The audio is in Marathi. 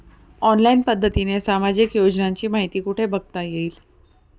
ऑनलाईन पद्धतीने सामाजिक योजनांची माहिती कुठे बघता येईल?